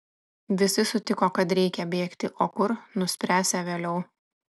visi sutiko kad reikia bėgti o kur nuspręsią vėliau